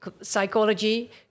psychology